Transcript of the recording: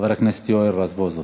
חבר הכנסת יואל רזבוזוב,